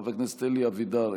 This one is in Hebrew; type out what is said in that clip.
חבר הכנסת אלי אבידר,